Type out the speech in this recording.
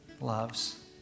loves